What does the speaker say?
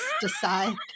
decide